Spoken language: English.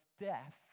death